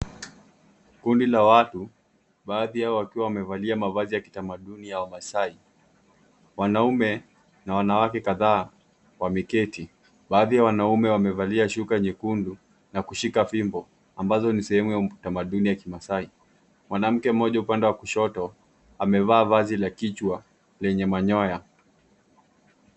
Kundi la watu, baadhi yao wakiwa wamevalia mavazi ya kitamaduni ya wamaasai, wanaume na wanawake kadhaa wameketi, baadhi ya wanaume wamevalia shuka nyekundu na kushika fimbo ambazo ni sehemu ya kitamaduni ya kimaasai, mwanamke mmoja upande wa kushoto amevaa vazi la kichwa lenye manyoya.